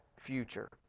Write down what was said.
future